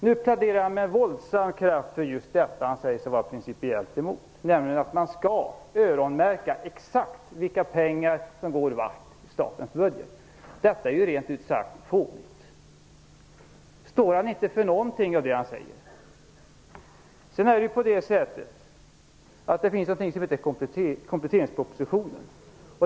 Nu pläderar han med våldsam kraft för just detta som han var principiellt emot, nämligen att man skall öronmärka exakt vilka pengar i statens budget som går vart. Detta är ju rent ut sagt fånigt. Står inte Mats Odell för någonting av det som han säger? Det finns någonting som heter kompletteringspropositionen.